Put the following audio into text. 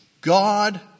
God